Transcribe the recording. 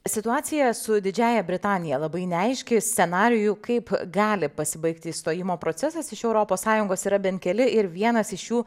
situacija su didžiąja britanija labai neaiški scenarijų kaip gali pasibaigti išstojimo procesas iš europos sąjungos yra bent keli ir vienas iš jų